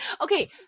Okay